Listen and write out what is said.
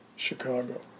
Chicago